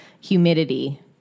humidity